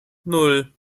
nan